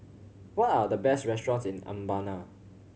what are the best restaurants in Mbabana